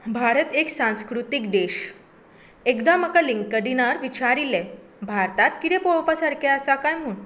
भारत एक सांस्कृतीक देश एकदां म्हाका लिंकडिनार विचारिल्लें भारतांत कितें पळोवपा सारकें आसा काय म्हूण